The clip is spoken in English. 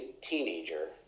teenager